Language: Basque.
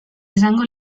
izango